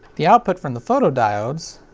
the output from the photodiodes